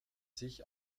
sich